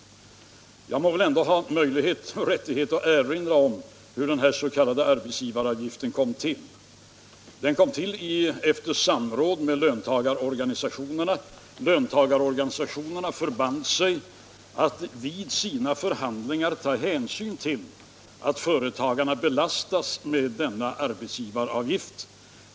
Jag må väl ändå ha möjlighet och rättighet att erinra om hur den s.k. arbetsgivaravgiften kom till. Den kom till efter samråd med löntagarorganisationerna. Löntagarorganisationerna förband sig att vid sina förhandlingar ta hänsyn till att företagarna belastas med denna arbetsgivaravgift.